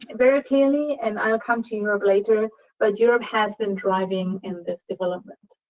very clearly and i'll come to europe later but europe has been driving in this development.